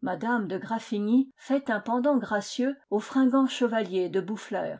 m de graffigny fait un pendant gracieux au fringant chevalier de boufflers